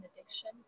addiction